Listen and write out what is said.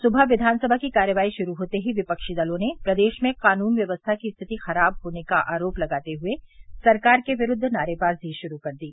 सुबह विधानसभा की कार्यवाही शुरू होते ही विपक्षी दलों ने प्रदेश में कानून व्यवस्था की स्थिति खराब होने का आरोप लगाते हुए सरकार के विरूद्व नारेबाजी शुरू कर दी